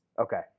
okay